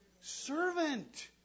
servant